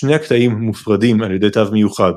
שני הקטעים מופרדים על ידי תו מיוחד.